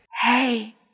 Hey